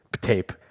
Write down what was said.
tape